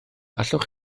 allwch